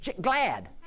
Glad